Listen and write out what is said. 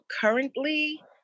Currently